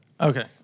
okay